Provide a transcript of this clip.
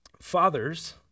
fathers